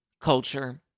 culture